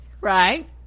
right